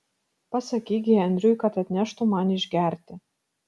pasakyk henriui kad atneštų man išgerti